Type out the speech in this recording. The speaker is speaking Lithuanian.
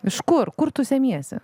iš kur kur tu semiesi